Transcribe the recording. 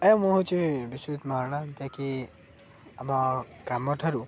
ଏ ମୁଁ ହେଉଛି ବିଶ୍ୱଜିତ୍ ମହାରଣା ଯାହାକି ଆମ ଗ୍ରାମ ଠାରୁ